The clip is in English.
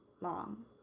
long